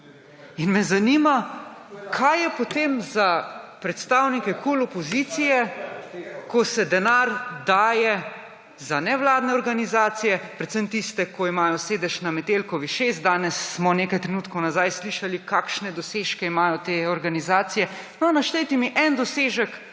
In me zanima, kaj je potem za predstavnike KUL opozicije, ko se denar daje za nevladne organizacije, predvsem tiste, ko imajo sedež na Metelkovi 6 – danes smo nekaj trenutkov nazaj slišali, kakšne dosežke imajo te organizacije. No, naštetje mi en dosežek